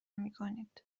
میکنید